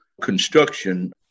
construction